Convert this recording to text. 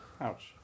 Ouch